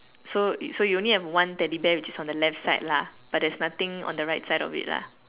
so you so you only have one teddy bear which is on the left side lah but there's nothing on the right side of it lah